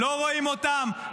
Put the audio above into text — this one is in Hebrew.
לא רואים אותם,